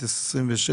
בשנת 2027-2026,